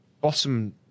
bottom